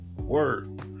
Word